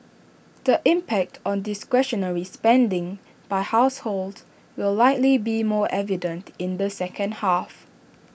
the impact on discretionary spending by households will likely be more evident in the second half